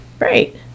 Right